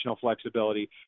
flexibility